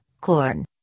corn